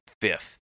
fifth